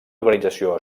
organització